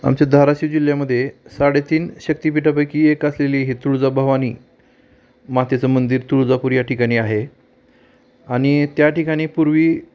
आमच्या धाराशिव जिल्ह्यामध्ये साडेतीन शक्तिपिठापैकी एक असलेली हे तुळजाभवानी मातेचं मंदिर तुळजापूर या ठिकाणी आहे आणि त्या ठिकाणी पूर्वी